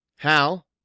Hal